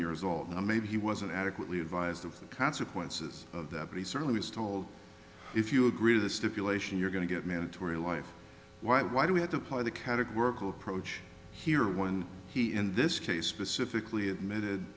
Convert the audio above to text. years old maybe he was a adequately advised of the consequences of that but he certainly was told if you agree with the stipulation you're going to get mandatory life why why do we have to apply the categorical approach here when he in this case specifically admitted